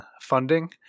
funding